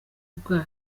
bwayo